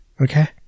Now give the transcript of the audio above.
okay